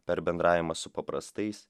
per bendravimą su paprastais